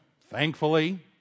thankfully